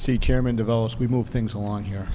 see chairman develops we move things along here